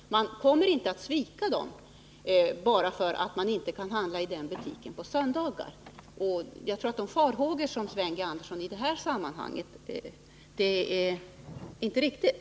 Man kommer inte att svika butiken bara för att man inte kan handla i den på söndagarna. Jag tror att Sven Anderssons farhågor i det här sammanhanget är ogrundade.